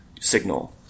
signal